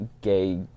gay